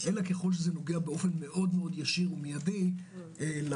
אלא ככל שזה נוגע באופן מאוד ישיר ומיידי להידבקות